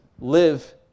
live